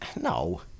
No